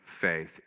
faith